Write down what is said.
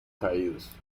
caídos